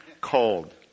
cold